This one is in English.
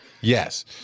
Yes